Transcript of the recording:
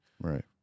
Right